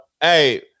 hey